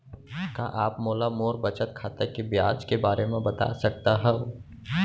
का आप मोला मोर बचत खाता के ब्याज के बारे म बता सकता हव?